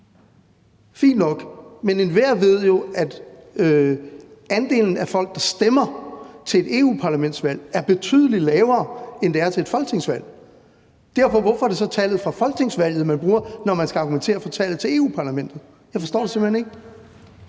fint nok. Men enhver ved jo, at andelen af folk, der stemmer til et EU-parlamentsvalg, er betydelig lavere, end det er til et folketingsvalg. Hvorfor er det så tallet for folketingsvalget, man bruger, når man skal argumentere for tallet til Europa-Parlamentet? Jeg forstår det simpelt hen ikke.